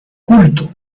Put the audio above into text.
culto